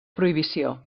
prohibició